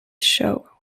show